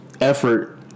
effort